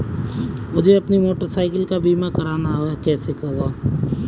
मुझे अपनी motorcycle का बीमा करना है कैसे होगा?